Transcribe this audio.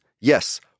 yes